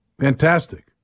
Fantastic